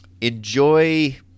enjoy